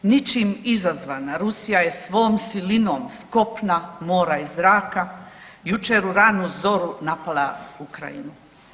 Ničim izazvana Rusija je svom silinom s kopna, mora i zraka jučer u ranu zoru napala Ukrajinu.